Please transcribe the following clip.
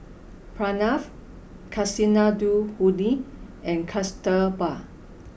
Pranav Kasinadhuni and Kasturba